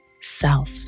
self